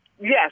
yes